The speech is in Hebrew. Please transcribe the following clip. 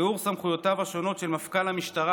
תיאור סמכויותיו השונות של מפכ"ל המשטרה